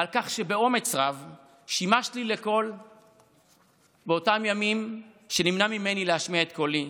ועל כך שבאומץ רב שימשת לי לקול באותם ימים שנמנע ממני להשמיע את קולי.